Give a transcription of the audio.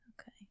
okay